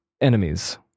enemies